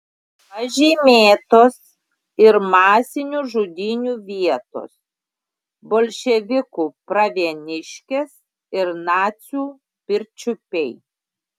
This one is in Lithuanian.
pažymėtos ir masinių žudynių vietos bolševikų pravieniškės ir nacių pirčiupiai